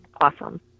awesome